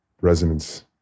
resonance